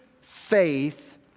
faith